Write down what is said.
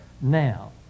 now